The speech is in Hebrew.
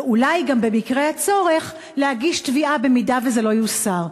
ואולי גם במקרה הצורך להגיש תביעה אם זה לא יוסר.